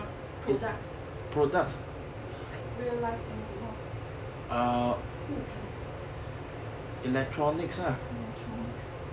products like real life eh 什么物品 electronics